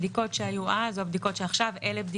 הבדיקות שהיו אז והבדיקות שעכשיו אלה גם